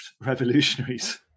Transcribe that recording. revolutionaries